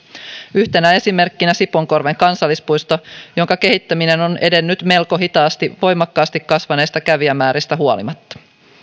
yhtenä esimerkkinä sipoonkorven kansallispuisto jonka kehittäminen on edennyt melko hitaasti voimakkaasti kasvaneista kävijämääristä huolimatta